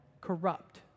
corrupt